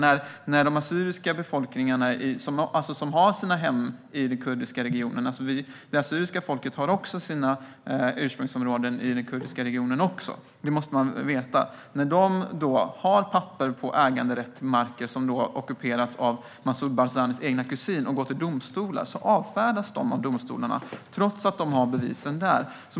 Man måste veta att också det assyriska folket har sina ursprungsområden i den kurdiska regionen. När de har papper på äganderätt till marker som har ockuperats av Massoud Barzanis egen kusin och går till domstolar avfärdas de av domstolarna, trots att de har bevisen.